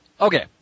Okay